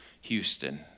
Houston